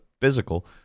physical